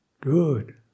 Good